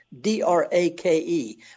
D-R-A-K-E